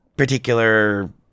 particular